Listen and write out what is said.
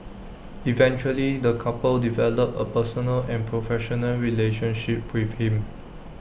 eventually the couple developed A personal and professional relationship with him